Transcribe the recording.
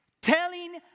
telling